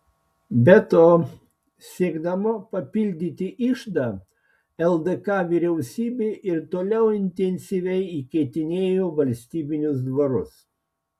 be to siekdama papildyti iždą ldk vyriausybė ir toliau intensyviai įkeitinėjo valstybinius dvarus